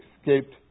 escaped